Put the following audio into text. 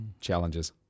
challenges